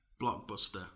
Blockbuster